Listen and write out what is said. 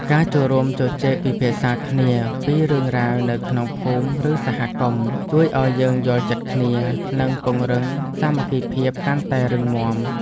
ការចូលរួមជជែកពិភាក្សាគ្នាពីរឿងរ៉ាវនៅក្នុងភូមិឬសហគមន៍ជួយឱ្យយើងយល់ចិត្តគ្នា និងពង្រឹងសាមគ្គីភាពកាន់តែរឹងមាំ។